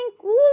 cool